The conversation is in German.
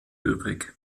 übrig